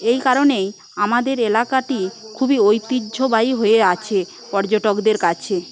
এই কারণেই আমাদের এলাকাটি খুবই ঐতিহ্যবাহী হয়ে আছে পর্যটকদের কাছে